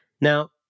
Now